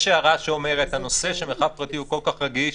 יש הערה שאומרת שהנושא של מרחב פרטי הוא כל כך רגיש,